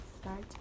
start